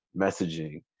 messaging